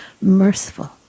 merciful